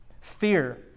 fear